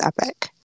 epic